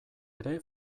ere